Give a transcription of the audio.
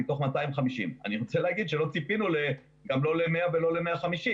מתוך 250. אני רוצה לומר שלא ציפינו לא ל-100 וגם לא ל-150.